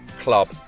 Club